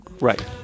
Right